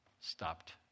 stopped